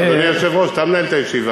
טוב, אדוני היושב-ראש, אתה מנהל את הישיבה.